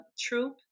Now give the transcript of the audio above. troop